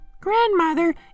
Grandmother